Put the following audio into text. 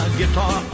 guitar